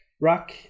rock